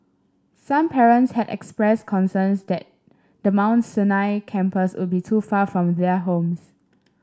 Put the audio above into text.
some parents had expressed concerns that the Mount Sinai campus would be too far from their homes